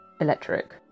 electric